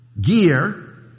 gear